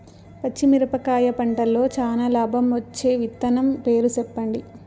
పచ్చిమిరపకాయ పంటలో చానా లాభం వచ్చే విత్తనం పేరు చెప్పండి?